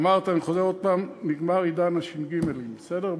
אמרת, אני חוזר עוד הפעם: נגמר עידן הש"ג, בסדר?